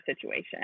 situation